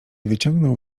wyciągnął